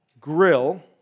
grill